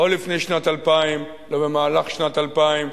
לא לפני שנת 2000 ובמהלך שנת 2000,